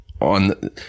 On